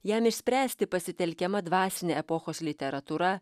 jam išspręsti pasitelkiama dvasinė epochos literatūra